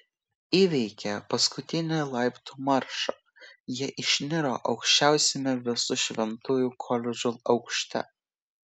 įveikę paskutinį laiptų maršą jie išniro aukščiausiame visų šventųjų koledžo aukšte